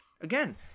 again